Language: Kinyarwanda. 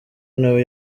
nawe